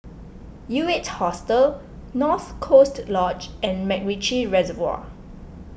U eight Hostel North Coast Lodge and MacRitchie Reservoir